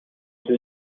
توی